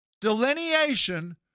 delineation